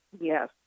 Yes